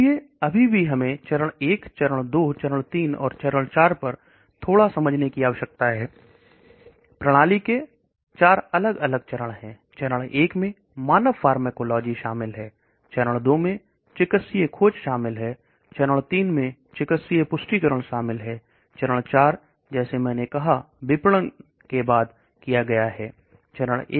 इसलिए लेकिन अभी भी हमें चरण 1 चरण 2 चरण 3 और चरण 4 पर थोड़ा समझने की आवश्यकता है प्रणाली के चार अलग अलग चरण है चरण एक में मानव फार्मोकोलॉजी शामिल है चरणों में चिकित्सीय खोज शामिल है चरण 3 में चिकित्सीय पुष्टिकरण शामिल है चरण 4 जैसे मैंने कहा विपणन के बाद किया जाता है